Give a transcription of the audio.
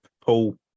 paul